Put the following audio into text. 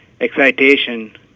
excitation